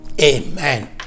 amen